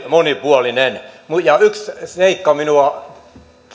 monipuolinen yksi seikka